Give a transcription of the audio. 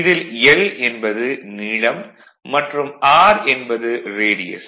இதில் l என்பது நீளம் மற்றும் r என்பது ரேடியஸ்